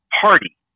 party